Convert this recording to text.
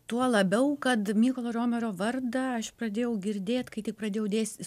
tuo labiau kad mykolo riomerio vardą aš pradėjau girdėt kai tik pradėjau dėstyt